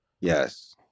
Yes